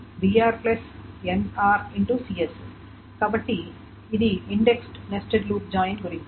కాబట్టి ఇది indexed nested loop join గురించి